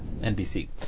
NBC